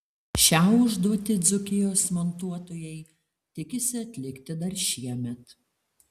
šią užduotį dzūkijos montuotojai tikisi atlikti dar šiemet